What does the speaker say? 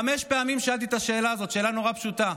חמש פעמים שאלתי את השאלה הזו, שאלה נורא פשוטה.